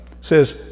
says